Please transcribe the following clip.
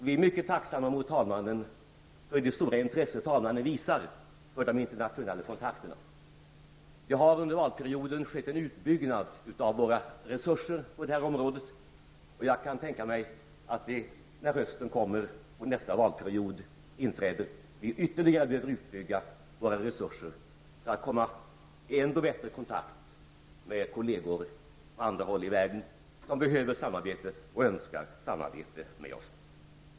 Vi är mycket tacksamma mot talmannen för det stora intresse talmannen visar för de internationella kontakterna. Det har under valperioden skett en utbyggnad av våra resurser på det området. Jag kan tänka mig att när hösten kommer och en ny valperiod inträder att vi ytterligare behöver bygga ut resurserna för att komma ännu bättre i kontakt med kolleger på andra håll i världen som behöver och önskar samarbeta med oss.